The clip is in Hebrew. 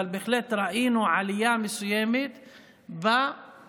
אבל בהחלט ראינו עלייה מסוימת בייצוג,